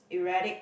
erratic